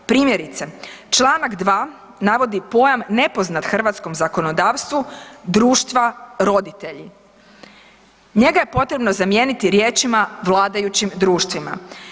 Primjerice, čl. 2. navodi pojam nepoznat hrvatskom zakonodavstvu, društva, roditelji, njega je potrebno zamijeniti riječima vladajućim društvima.